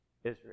Israel